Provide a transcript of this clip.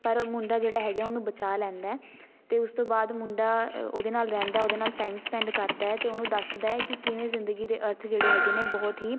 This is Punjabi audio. ਪਰ ਉਹ ਮੁੰਡਾ ਜਿਹੜਾ ਹੈਗਾ ਉਹਨੂੰ ਬਚਾ ਲੈਂਦਾ ਅਤੇ ਉਸ ਤੋਂ ਬਾਅਦ ਮੁੰਡਾ ਅ ਉਹਦੇ ਨਾਲ ਰਹਿੰਦਾ ਉਹਦੇ ਨਾਲ ਟਾਈਮ ਸਪੈਂਡ ਕਰਦਾ ਅਤੇ ਉਹਨੂੰ ਦੱਸਦਾ ਕਿ ਕਿਵੇਂ ਜ਼ਿੰਦਗੀ ਦੇ ਅਰਥ ਜਿਹੜੇ ਹੈਗੇ ਨੇ ਬਹੁਤ ਹੀ